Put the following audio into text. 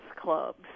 clubs